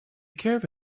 caravans